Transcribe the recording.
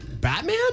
Batman